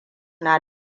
na